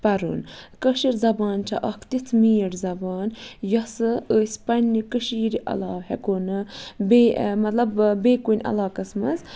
پَرُن کٲشِر زبان چھِ اَکھ تِژھ میٖٹھ زبان یۄسہٕ أسۍ پَنٛنہِ کٔشیٖرِ علاوٕ ہٮ۪کو نہٕ بیٚیہِ مطلب بیٚیہِ کُنہِ علاقَس منٛز